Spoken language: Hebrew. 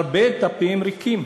הרבה דפים ריקים.